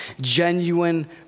genuine